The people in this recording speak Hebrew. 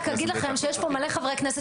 אני רק אגיד לכם שיש פה מלא חברי כנסת